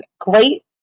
great